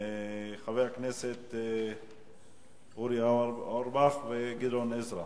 חבר הכנסת אורי אורבך וחבר הכנסת גדעון עזרא.